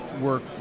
work